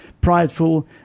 prideful